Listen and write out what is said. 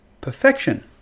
perfection